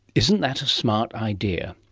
isn't that a smart idea?